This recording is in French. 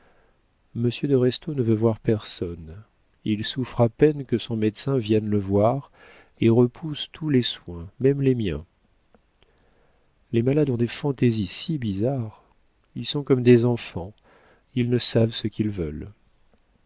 de restaud ne veut voir personne il souffre à peine que son médecin vienne le voir et repousse tous les soins même les miens les malades ont des fantaisies si bizarres ils sont comme des enfants ils ne savent ce qu'ils veulent